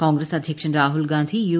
കോൺഗ്രസ് അധ്യക്ഷൻ പ്ര്യഹൂൽ ഗാന്ധി യു